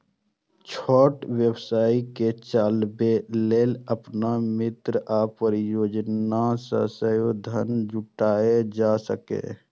छोट व्यवसाय कें चलाबै लेल अपन मित्र आ परिजन सं सेहो धन जुटायल जा सकैए